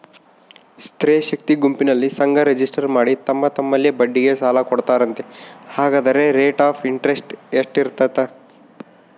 ಸ್ತ್ರೇ ಶಕ್ತಿ ಗುಂಪಿನಲ್ಲಿ ಸಂಘ ರಿಜಿಸ್ಟರ್ ಮಾಡಿ ತಮ್ಮ ತಮ್ಮಲ್ಲೇ ಬಡ್ಡಿಗೆ ಸಾಲ ಕೊಡ್ತಾರಂತೆ, ಹಂಗಾದರೆ ರೇಟ್ ಆಫ್ ಇಂಟರೆಸ್ಟ್ ಎಷ್ಟಿರ್ತದ?